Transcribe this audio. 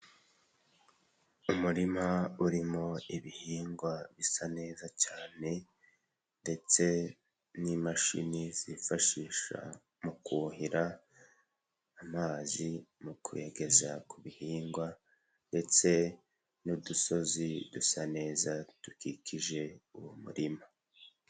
Umurima urimo ibihingwa bisa neza cyane ndetse n'imashini zifashisha mu kuhira amazi, mu kuyageza ku bihingwa ndetse n'udusozi dusa neza dukikije uwo murima.